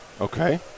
okay